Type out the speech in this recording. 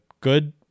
good